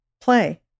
play